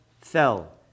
fell